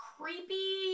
Creepy